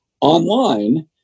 online